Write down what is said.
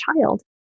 child